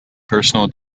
personal